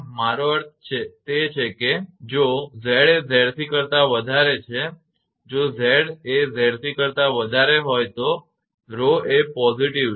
મારો અર્થ તે છે કે જો તે Z એ 𝑍𝑐 કરતા વધારે છે જો Z એ 𝑍𝑐 કરતા વધારે હોય તો 𝜌 એ positive છે